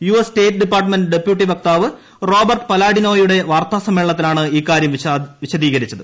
U S state department deputy വക്താവ് Robert പലാഡിനോയുടെ വാർത്താസമ്മേളനത്തിലാണ് ഇക്കാര്യം വിശദീകരിച്ചത്